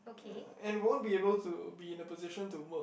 ya and won't be able to be in a position to work